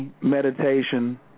meditation